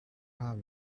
have